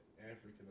african